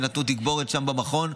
ונתנו תגבורת שם במכון,